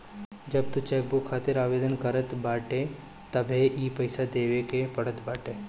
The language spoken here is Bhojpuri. जब तू चेकबुक खातिर आवेदन करत बाटअ तबे इ पईसा देवे के पड़त बाटे